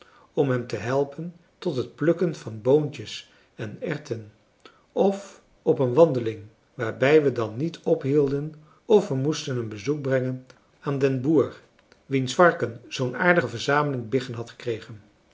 om hem te helpen tot het plukken van boontjes en erwten of op een wandeling waarbij we dan niet ophielden of we moesten een bezoek brengen aan den boer wiens varken zoo'n aardige verzameling biggen had gekregen